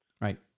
Right